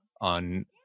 on